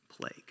plague